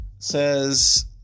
Says